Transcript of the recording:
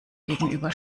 gegenüber